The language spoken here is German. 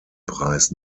preis